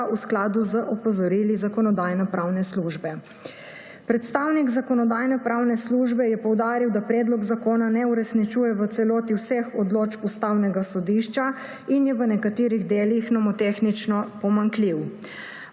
v skladu z opozorili Zakonodajno-pravne službe. Predstavnik Zakonodajno-pravne službe je poudaril, da predlog zakona ne uresničuje v celoti vseh odločb Ustavnega sodišča in je v nekaterih delih nomotehnično pomanjkljiv.